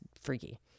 freaky